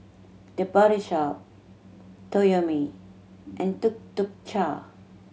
The Body Shop Toyomi and Tuk Tuk Cha